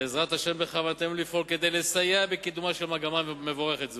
בעזרת השם בכוונתנו לפעול כדי לסייע בקידומה של מגמה מבורכת זו.